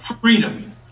Freedom